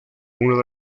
uno